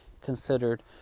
considered